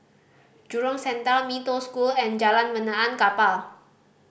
jurong Center Mee Toh School and Jalan Benaan Kapal